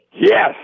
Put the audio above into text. Yes